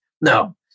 No